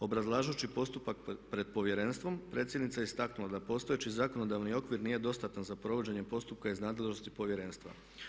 Obrazlažući postupak pred Povjerenstvom predsjednica je istaknula da postojeći zakonodavni okvir nije dostatan za provođenjem postupka iz nadležnosti Povjerenstva.